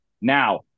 Now